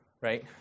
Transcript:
right